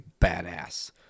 badass